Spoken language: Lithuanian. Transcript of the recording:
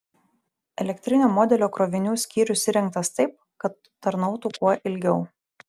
elektrinio modelio krovinių skyrius įrengtas taip kad tarnautų kuo ilgiau